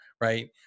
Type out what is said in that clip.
right